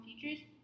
features